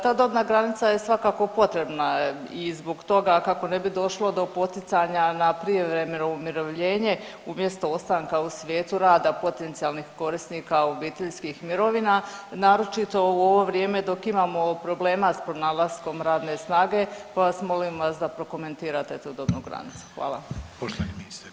Ta dobna granica je svakako potrebna i zbog toga kako ne bi došlo do poticanja na prijevremeno umirovljenje umjesto ostanka u svijetu rada potencijalnih korisnika obiteljskih mirovina, naročito u ovo vrijeme dok imamo problema s pronalaskom radne snage, pa vas, molim vas da prokomentirate tu dobnu granicu.